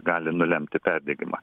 gali nulemti perdegimą